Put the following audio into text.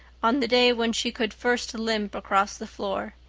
on the day when she could first limp across the floor.